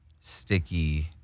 sticky